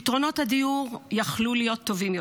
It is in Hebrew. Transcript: פתרונות הדיור יכלו להיות טובים יותר,